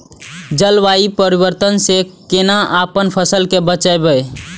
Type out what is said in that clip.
जलवायु परिवर्तन से कोना अपन फसल कै बचायब?